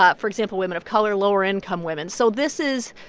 ah for example, women of color, lower income women. so this is,